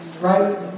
right